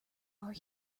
are